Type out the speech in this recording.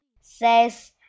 Says